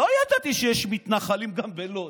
לא ידעתי שיש מתנחלים גם בלוד.